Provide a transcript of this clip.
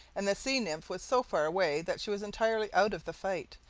and the sea-nymph was so far away that she was entirely out of the fight,